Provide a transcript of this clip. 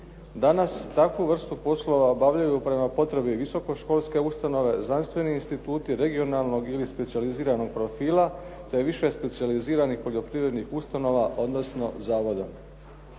Danas takvu vrstu poslova obavljaju prema potrebi visoko školske ustanove, znanstveni instituti regionalnog ili specijaliziranog profila te više specijaliziranih poljoprivrednih ustanova odnosno zavoda.